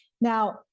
Now